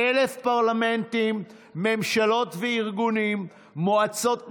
ממשלות וארגונים, מועצות מקומיות,